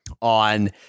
on